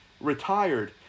retired